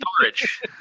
storage